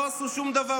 לא עשו שום דבר,